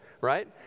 right